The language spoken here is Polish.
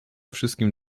wszystkim